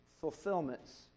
fulfillments